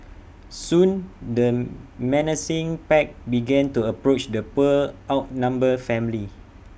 soon the menacing pack began to approach the poor outnumbered family